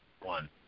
one